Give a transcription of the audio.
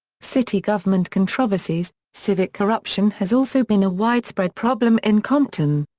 city government controversies civic corruption has also been a widespread problem in compton.